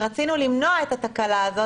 ורצינו למנוע את התקלה הזאת.